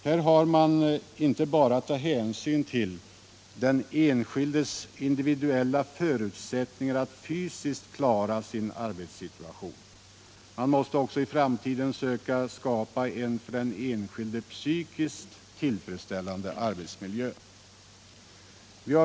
Här har man inte bara att ta hänsyn till den enskildes individuella förutsättningar att fysiskt klara sin arbetssituation. Man måste också i framtiden skapa en för den enskilde psykiskt tillfredsställande arbetsmiljö.